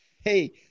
Hey